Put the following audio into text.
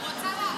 היא רוצה לעלות.